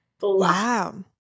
Wow